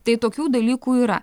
tai tokių dalykų yra